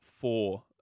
four